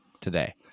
today